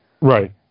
Right